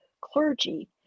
clergy